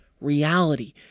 reality